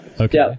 okay